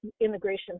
immigration